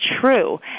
true